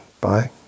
Bye